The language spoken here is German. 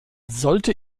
sollte